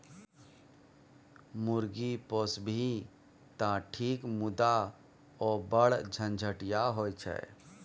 मुर्गी पोसभी तँ ठीक मुदा ओ बढ़ झंझटिया होए छै